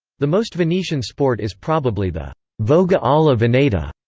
the most venetian sport is probably the voga alla veneta,